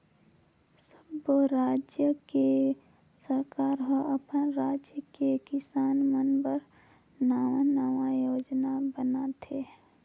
सब्बो रायज के सरकार हर अपन राज के किसान मन बर नांवा नांवा योजना बनाथे